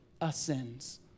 ascends